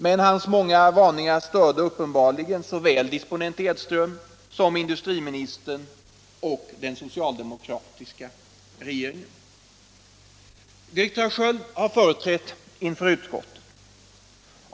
Men hans många varningar störde uppenbarligen såväl disponent Edström som industriministern och den socialdemokratiska regeringen. Direktör Sköld har framträtt inför utskottet.